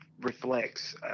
reflects